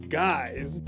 guys